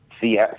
see